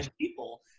people